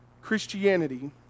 Christianity